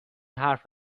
حرف